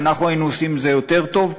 ואנחנו היינו עושים את זה יותר טוב,